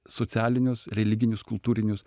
socialinius religinius kultūrinius